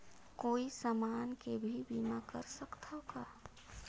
कोई समान के भी बीमा कर सकथव का?